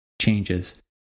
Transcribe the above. changes